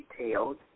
detailed